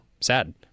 Sad